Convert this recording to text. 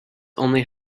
only